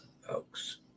folks